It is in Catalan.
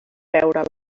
veure